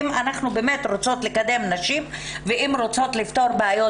אם אנחנו באמת רוצות לקדם נשים ואם רוצים לפתור בעיות